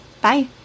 Bye